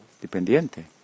dependiente